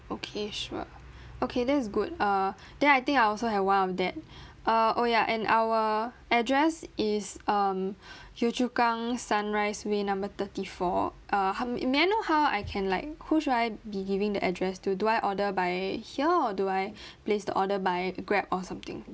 okay sure okay that's good err then I think I also have one of that err oh ya and our address is um yio chu kang sunrise way number thirty four uh how ma~ may I know how I can like who should I be giving the address to do I order by here or do I place the order by grab or something